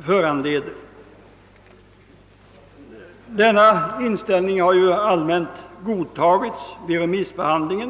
föranleder det. Denna inställning synes ha allmänt godtagits vid remissbehandlingen.